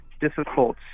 difficult